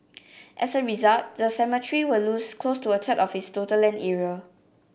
as a result the cemetery will lose close to a third of its total land area